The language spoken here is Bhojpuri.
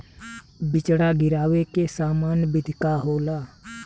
बिचड़ा गिरावे के सामान्य विधि का होला?